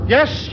Yes